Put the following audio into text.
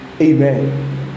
Amen